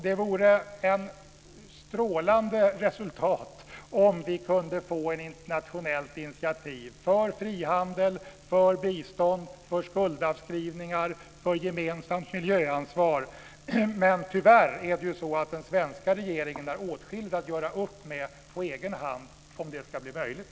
Det vore alltså ett strålande resultat om vi kunde få ett internationellt initiativ för frihandel, för bistånd, för skuldavskrivningar och för gemensamt miljöansvar. Men tyvärr har den svenska regeringen åtskilligt att göra upp med på egen hand om detta ska bli möjligt.